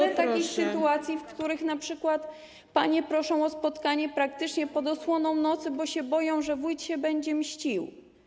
Jest wiele takich sytuacji, w których np. panie proszą o spotkanie praktycznie pod osłoną nocy, bo się boją, że wójt będzie się mścił.